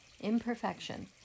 imperfection